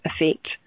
effect